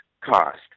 cost